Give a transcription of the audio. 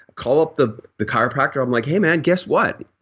call up the the chiropractor, i'm like, hey man, guess what,